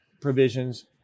provisions